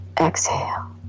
exhale